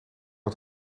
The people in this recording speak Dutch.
oud